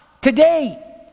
today